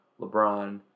LeBron